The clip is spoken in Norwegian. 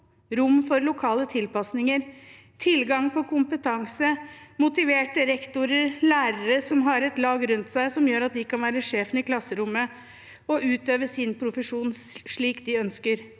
rom for lokale tilpasninger, tilgang på kompetanse, motiverte rektorer, lærere som har et lag rundt seg som gjør at de kan være sjefen i klasserommet og utøve sin profesjon slik de ønsker,